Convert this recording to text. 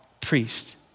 priest